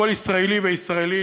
כל ישראלי וישראלית,